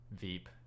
Veep